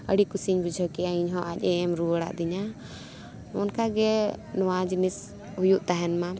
ᱟᱹᱰᱤ ᱠᱩᱥᱤᱧ ᱵᱩᱡᱷᱟᱹᱣ ᱠᱮᱜᱼᱟ ᱤᱧ ᱦᱚᱸ ᱟᱡ ᱮ ᱮᱢ ᱨᱩᱭᱟᱹᱲᱟ ᱫᱤᱧᱟᱹ ᱚᱱᱠᱟ ᱜᱮ ᱱᱚᱣᱟ ᱡᱤᱱᱤᱥ ᱦᱩᱭᱩᱜ ᱛᱟᱦᱮᱱ ᱢᱟ